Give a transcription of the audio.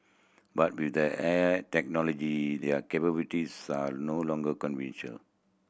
but with the aid technology their capabilities are no longer conventional